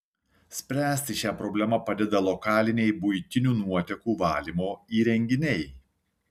spręsti šią problemą padeda lokaliniai buitinių nuotekų valymo įrenginiai